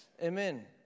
amen